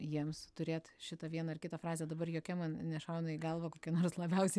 jiems turėt šitą vieną ar kitą frazę dabar jokia man nešauna į galvą kokia nors labiausiai